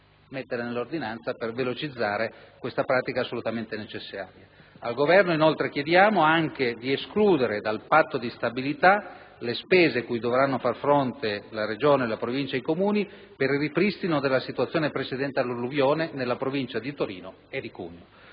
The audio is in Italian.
estratto, al fine di velocizzare questa pratica assolutamente necessaria. Al Governo chiediamo anche di escludere dal Patto di stabilità le spese cui dovranno far fronte la Regione, le Province ed i Comuni per il ripristino della situazione precedente l'alluvione nelle Province di Torino e di Cuneo.